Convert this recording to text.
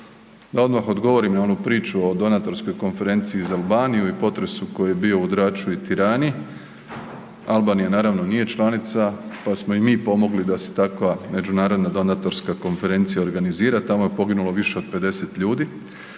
Da odmah odgovorim na onu priču o Donatorskoj konferenciji za Albaniju i potresu koji je bio u Draču i Tirani. Albanija naravno nije članica pa smo i mi pomogli da se takva međunarodna donatorska konferencija organizira, tamo je poginulo više od 50 ljudi.